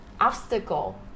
obstacle